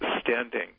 standing